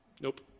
Nope